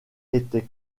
était